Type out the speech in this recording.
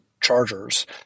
chargers